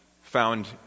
found